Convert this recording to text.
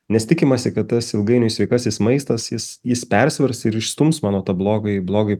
nes tikimasi kad tas ilgainiui sveikasis maistas jis jis persvers ir išstums mano tą blogąjį blogąjį